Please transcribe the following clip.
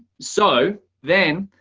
so then,